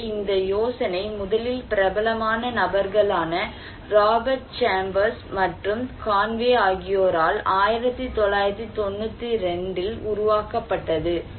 எனவே இந்த யோசனை முதலில் பிரபலமான நபர்களான ராபர்ட் சேம்பர்ஸ் மற்றும் கான்வே ஆகியோரால் 1992 இல் உருவாக்கப்பட்டது